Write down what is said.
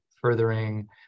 furthering